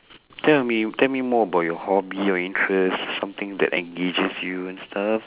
tell me tell me more about your hobby your interests s~ something that engages you and stuff